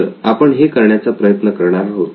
तर आपण हे करण्याचा प्रयत्न करणार आहोत